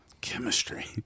Chemistry